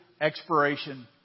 expiration